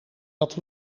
dat